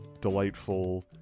delightful